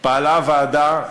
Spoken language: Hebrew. פעלה הוועדה,